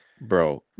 Bro